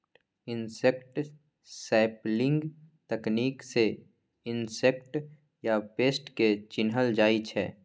insect sampling तकनीक सँ insect या पेस्ट केँ चिन्हल जाइ छै